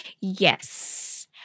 yes